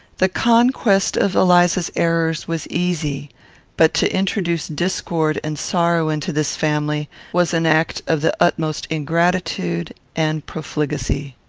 the conquest of eliza's errors was easy but to introduce discord and sorrow into this family was an act of the utmost ingratitude and profligacy.